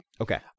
okay